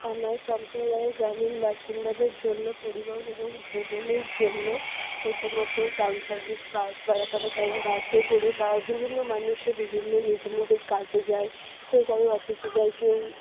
আমার সম্প্রদায়ের গ্রামীণ বাসিন্দাদের জন্য পরিবহন এবং ভ্রমণের জন্য প্রথমত টাউন সার্ভিস বাস বাড়াতে হবে কারণ বাসে করে বিভিন্ন মানুষের বিভিন্ন নিজের নিজের কাজে যায় কেউ কারও অফিসে যায় কেউ